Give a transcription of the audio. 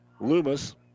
loomis